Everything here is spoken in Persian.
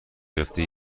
گرفته